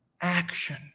action